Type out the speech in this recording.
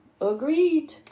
agreed